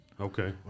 Okay